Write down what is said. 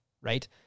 right